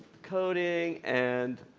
coding and,